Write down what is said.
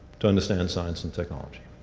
to understand science and technology.